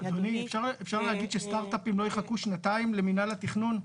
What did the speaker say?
--- אפשר להגיד שסטרטאפים לא יחכו שנתיים למינהל התכנון?